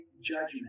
judgment